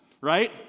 right